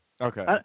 okay